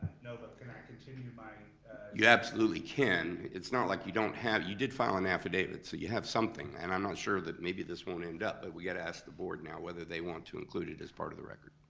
no, but can i continue my you absolutely can. it's not like you don't have, you did file an affidavit, so you have something, and i'm not sure that maybe this won't end up, but we gotta ask the board now whether they want to include it as part of the record,